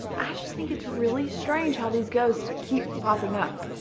i just think it's really strange how these ghosts keep popping up.